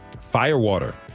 Firewater